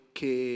que